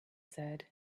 said